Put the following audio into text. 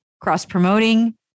cross-promoting